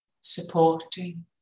supporting